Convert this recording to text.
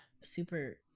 super